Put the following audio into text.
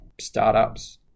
startups